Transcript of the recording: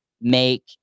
make